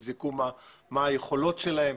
את היכולות שלהן.